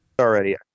Already